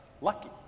lucky